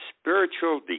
spiritual